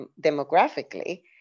demographically